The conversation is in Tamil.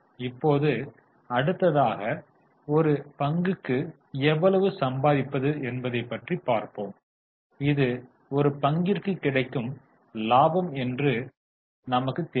இப்போது அடுத்ததாக ஒரு பங்குக்கு எவ்வளவு சம்பாதிப்பது என்பதை பற்றி பாப்போம் இது ஒரு பங்கிற்கு கிடைக்கும் லாபம் என்று நமக்குத் தெரியும்